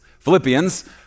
Philippians